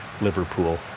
Liverpool